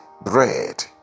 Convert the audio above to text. bread